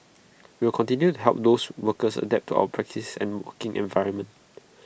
we will continue to help those workers adapt to our practices and working environment